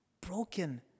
broken